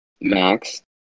Max